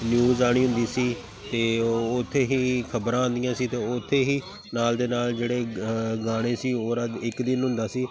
news ਆਉਣੀ ਹੁੰਦੀ ਸੀ ਅਤੇ ਉਹ ਉੱਥੇ ਹੀ ਖਬਰਾਂ ਆਉਂਦੀਆਂ ਸੀ ਅਤੇ ਉੱਥੇ ਹੀ ਨਾਲ ਦੇ ਨਾਲ ਜਿਹੜੇ ਗਾਣੇ ਸੀ ਹੋਰ ਇੱਕ ਦਿਨ ਹੁੰਦਾ ਸੀ